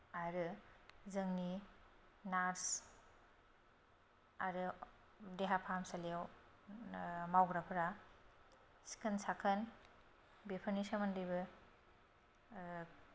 आरो जोंनि नार्स आरो देहा फाहामसालियाव मावग्राफोरा सिखोन साखोन बेफोरनि सोमोन्दैबो